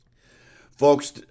Folks